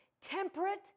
temperate